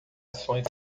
ações